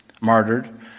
martyred